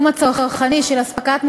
עשו.